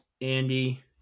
Andy